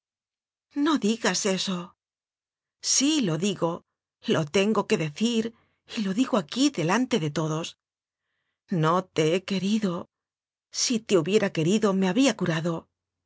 no digas eso sí lo digo lo tengo que decir y lo digo aquí delante de todos no te he querido si te hubiera querido me había curado